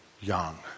young